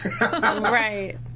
right